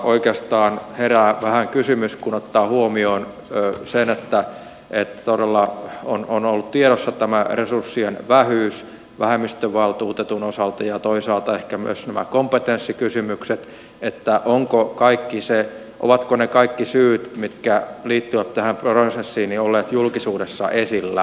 oikeastaan herää vähän kysymys kun ottaa huomioon sen että todella on ollut tiedossa tämä resurssien vähyys vähemmistövaltuutetun osalta ja toisaalta ehkä myös nämä kompetenssikysymykset ovatko ne kaikki syyt mitkä liittyvät tähän prosessiin olleet julkisuudessa esillä